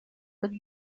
with